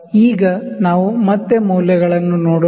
ಈಗ ನಾವು ಮತ್ತೆ ಮೌಲ್ಯಗಳನ್ನು ನೋಡೋಣ